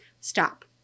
Stop